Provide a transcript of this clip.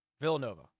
Villanova